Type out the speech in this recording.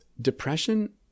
Depression